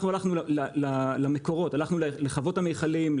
אנחנו הלכנו למקורות הלכנו לחוות המיכלים,